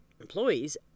employees